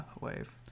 wave